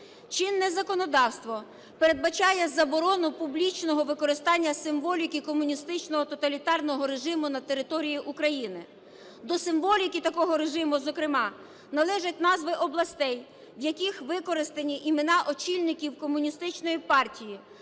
Чинне законодавство передбачає заборону публічного використання символіки комуністичного тоталітарного режиму на території України. До символіки такому режиму, зокрема, належать назви областей, в яких використані імена очільників Комуністичної партії,